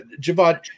Javad